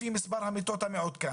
לפי מספר המיטות המעודכן.